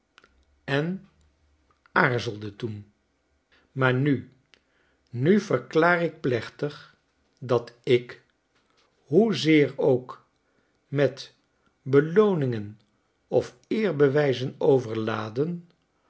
en aarzelde toen maar nu nu verklaar ik plechtig dat ik hoezeer ook met belooningen of eerbewijzen overladen